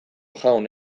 jaun